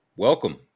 Welcome